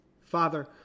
Father